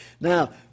Now